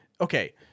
okay